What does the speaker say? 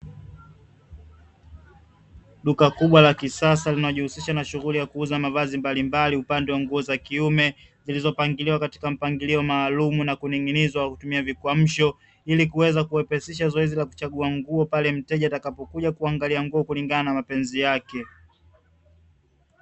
Duka kubwa la kisasa linalojihusisha na shughuli ya kuuza mavazi mbalimbali upande wa nguo za kiume, zilizopangiliwa katika mpangilio maalumu, na kuning'inizwa kwa kutumia vikwamusho ili kuweza kuepesisha zoezi la kuchagua nguo pale mteja atakapokuja kuangalia nguo kulingana na mapenzi yake.